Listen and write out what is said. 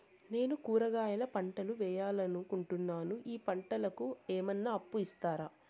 నేను కూరగాయల పంటలు వేయాలనుకుంటున్నాను, ఈ పంటలకు ఏమన్నా అప్పు ఇస్తారా?